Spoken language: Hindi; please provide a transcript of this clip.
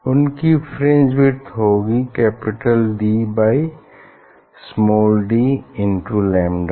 उनकी फ्रिंज विड्थ होगी capital D by small D into lambda